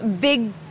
big